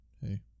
hey